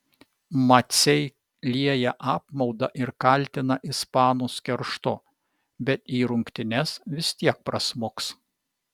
maciai lieja apmaudą ir kaltina ispanus kerštu bet į rungtynes vis tiek prasmuks